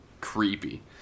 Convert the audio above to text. creepy